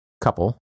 couple